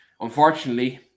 Unfortunately